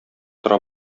тора